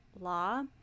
law